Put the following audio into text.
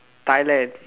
Thailand